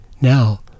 Now